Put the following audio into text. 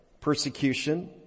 persecution